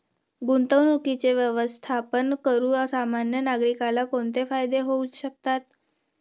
गुंतवणुकीचे व्यवस्थापन करून सामान्य नागरिकाला कोणते फायदे होऊ शकतात?